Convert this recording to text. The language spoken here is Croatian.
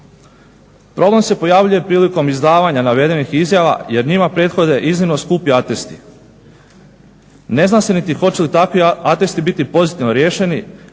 Problem se pojavljuje prilikom izdavanja navedenih izjava, jer njima prethode iznimno skupi atesti. Ne zna se niti hoće li takvi atesti biti pozitivno riješeni,